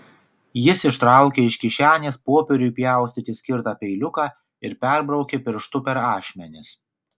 jis ištraukė iš kišenės popieriui pjaustyti skirtą peiliuką ir perbraukė pirštu per ašmenis